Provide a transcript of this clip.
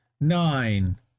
nine